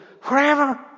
forever